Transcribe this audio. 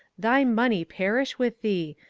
thy money perish with thee,